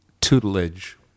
tutelage